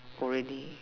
already